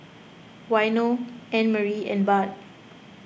Waino Annemarie and Bart